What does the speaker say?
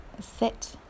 sit